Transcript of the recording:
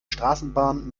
straßenbahn